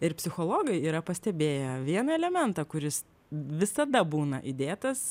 ir psichologai yra pastebėję vieną elementą kuris visada būna įdėtas